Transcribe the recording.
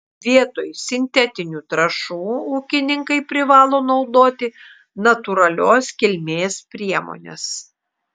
vietoj sintetinių trąšų ūkininkai privalo naudoti natūralios kilmės priemones